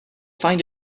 find